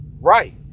Right